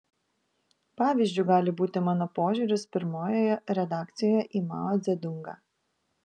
pavyzdžiu gali būti mano požiūris pirmojoje redakcijoje į mao dzedungą